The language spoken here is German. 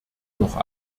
noch